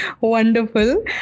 wonderful